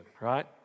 right